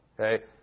Okay